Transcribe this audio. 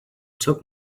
took